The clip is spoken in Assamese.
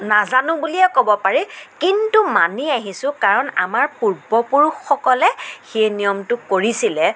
নাজানোঁ বুলিয়েই ক'ব পাৰি কিন্তু মানি আহিছোঁ কাৰণ আমাৰ পূৰ্বপুৰুষসকলে সেই নিয়মটো কৰিছিলে